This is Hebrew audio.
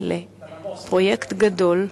לפרויקט גדול,